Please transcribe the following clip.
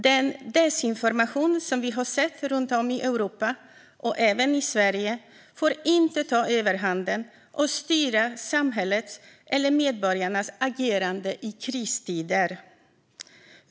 Den desinformation som vi har sett runt om i Europa, och även i Sverige, får inte ta överhanden och styra samhällets eller medborgarnas agerande i kristider.